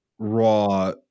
Raw